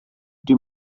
dim